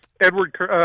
Edward